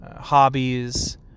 hobbies